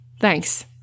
Thanks